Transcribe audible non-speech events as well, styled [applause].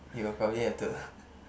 you will probably have to [breath]